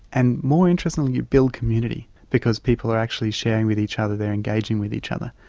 and more interestingly you build community because people are actually sharing with each other, they are engaging with each other.